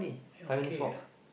then okay ah